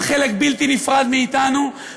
הם חלק בלתי נפרד מאתנו,